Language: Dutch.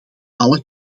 alle